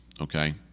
Okay